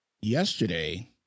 Yesterday